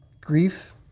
grief